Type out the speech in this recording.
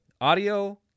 audio